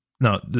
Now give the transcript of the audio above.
no